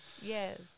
Yes